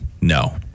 No